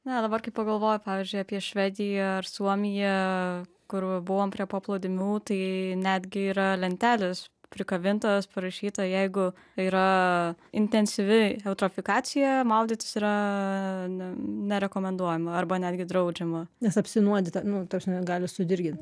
na dabar kai pagalvoju pavyzdžiui apie švediją ar suomiją kur buvom prie paplūdimių tai netgi yra lentelės prikabintos parašyta jeigu yra intensyvi eutrofikacija maudytis yra nerekomenduojama arba netgi draudžiama nes apsinuodyta nu ta prasme gali sudirgint